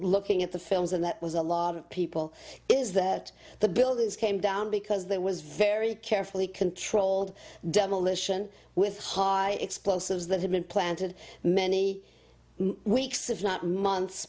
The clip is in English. looking at the films and that was a lot of people is that the buildings came down because there was very carefully controlled demolition with high explosives that had been planted many weeks if not months